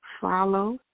follow